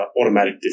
automatic